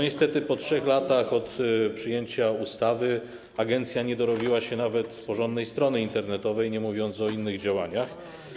Niestety po 3 latach od przyjęcia ustawy agencja nie dorobiła się nawet porządnej strony internetowej, nie mówiąc o innych działaniach.